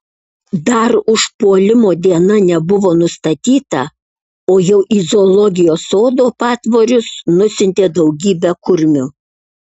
dar užpuolimo diena nebuvo nustatyta o jau į zoologijos sodo patvorius nusiuntė daugybę kurmių